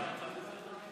לוועדת העבודה,